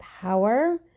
power